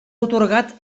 atorgat